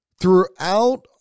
Throughout